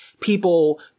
people